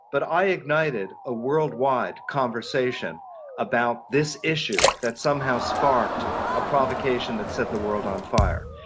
but i ignited a worldwide conversation about this issue that somehow sparked a provocation that set the world on fire.